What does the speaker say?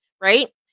right